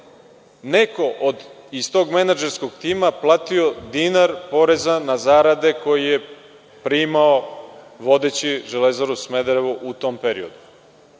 neko iz tog menadžerskog tima platio dinar poreza na zarade koje je primao vodeći „Železaru Smederevo“ u tom periodu